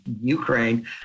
Ukraine